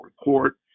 report